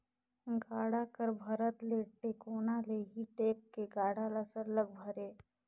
गाड़ा कर भरत ले टेकोना ले ही टेक के गाड़ा ल सरलग भरे